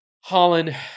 Holland